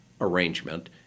arrangement